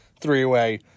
three-way